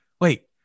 wait